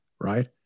right